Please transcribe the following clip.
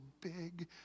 big